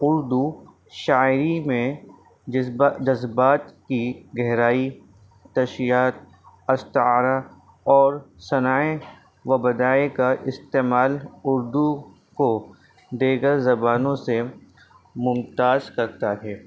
اردو شاعری میں جذبات کی گہرائی تشبیہات استعارہ اور صنائع و بدائع کا استعمال اردو کو دیگر زبانوں سے ممتاز کرتا ہے